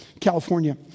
California